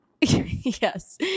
Yes